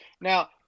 now